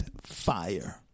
fire